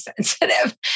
sensitive